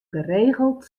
geregeld